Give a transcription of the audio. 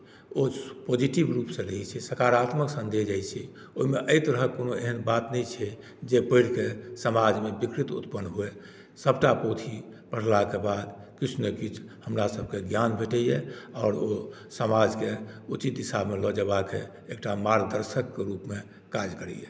ओ positive रूपसँ रहैत छै सकारात्मक सन्देश जाइत छै ओहिमे एहि तरहक कोनो एहन बात नहि छै जे पढ़ि कऽ समाजमे विकृति उत्पन्न हुअए सभटापोथी पढ़लाक बाद किछु ने किछु हमरासभकेँ ज्ञान भेटैए आओर ओ समाजकेँ उचित दिशामे लऽ जयबाक एकटा मार्गदर्शकके रूपमे काज करैए